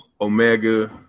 Omega